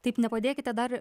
taip nepadėkite dar